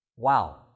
Wow